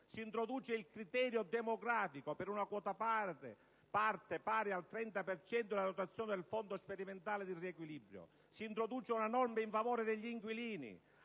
Si introduce il criterio demografico per una quota parte pari al 30 per cento della dotazione del fondo sperimentale di riequilibrio. Si introduce una norma in favore degli inquilini